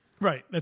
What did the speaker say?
Right